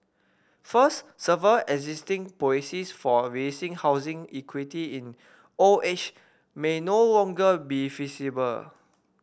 first several existing policies for releasing housing equity in old age may no longer be feasible